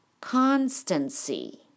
constancy